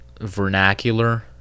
vernacular